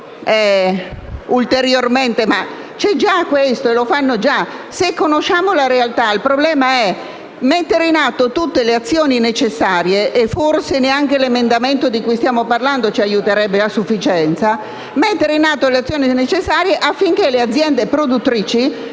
Se conosciamo la realtà, il problema è mettere in atto tutte le azioni necessarie - e forse neanche l'emendamento di cui stiamo parlando ci aiuterebbe a sufficienza - affinché le aziende produttrici